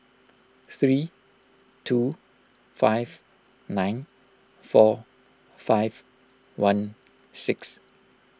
three two five nine four five one six